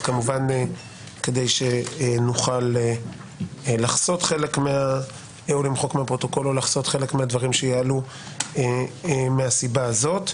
אז כדי שנוכל למחוק מהפרוטוקול או לחסות חלק מהדברים שיעלו מהסיבה הזאת.